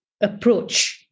approach